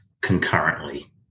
concurrently